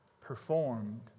performed